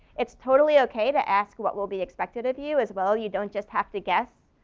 it's totally okay to ask what will be expected of you as well, you don't just have to guess.